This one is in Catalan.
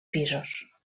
pisos